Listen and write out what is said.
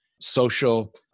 social